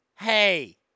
Hey